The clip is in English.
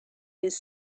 his